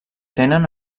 tenen